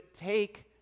take